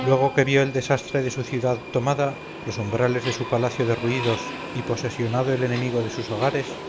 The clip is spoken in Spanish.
luego que vio el desastre de su ciudad tomada los umbrales de su palacio derruidos y posesionado el enemigo de sus hogares